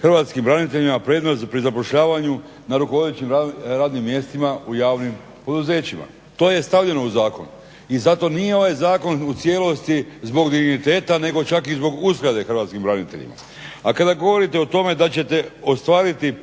hrvatskim braniteljima prednost pri zapošljavanju na rukovodećim radnim mjestima u javnim poduzećima. To je stavljeno u zakon i zato nije ovaj zakon u cijelosti zbog digniteta nego čak i zbog uskrate hrvatskim braniteljima. A kada govorite o tome da ćete ostvariti